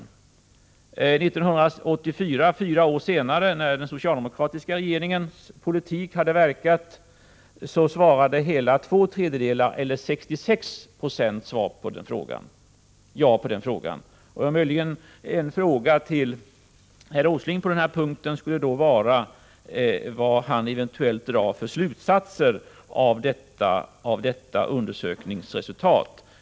År 1984, fyra år senare, när den socialdemokratiska regeringens politik hade verkat, svarade hela två tredjedelar eller 66 96 ja på den frågan. En fråga till herr Åsling på den här punkten skulle då vara vad han eventuellt drar för slutsatser av detta undersökningsresultat.